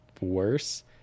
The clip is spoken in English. worse